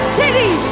city